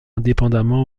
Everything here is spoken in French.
indépendamment